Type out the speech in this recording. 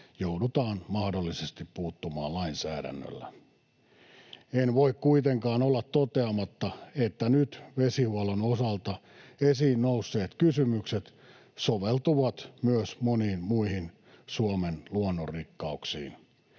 joudutaan mahdollisesti puuttumaan lainsäädännöllä. En voi kuitenkaan olla toteamatta, että nyt vesihuollon osalta esiin nousseet kysymykset soveltuvat myös moniin muihin Suomen luonnonrikkauksiin.